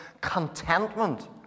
contentment